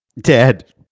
Dead